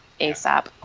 ASAP